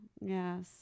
yes